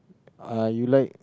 uh you like